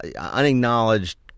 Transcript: unacknowledged